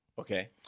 Okay